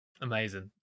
Amazing